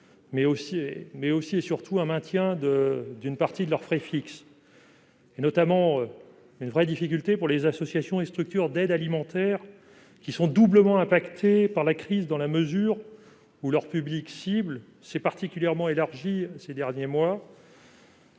mais un maintien d'une partie de leurs frais fixes. C'est une vraie difficulté, notamment pour les associations et structures d'aide alimentaire, qui sont doublement impactées par la crise dans la mesure où leur public « cible » s'est particulièrement élargi ces derniers mois.